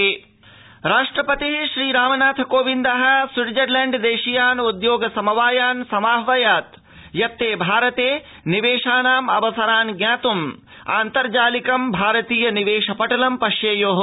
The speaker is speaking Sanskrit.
राष्ट्रपतिस्विट्जरलैण्डम् राष्ट्रपति श्रीरामनाथ कोविंद स्विट्जरलैण्ड देशीयान् उद्योग समवायान् समाद्वयत् यत्ते भारते निवेशानाम् अवसरान् ज्ञातुम् आन्तर्जालिकं भारतीय निवेश पटलं पश्येयुः